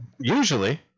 usually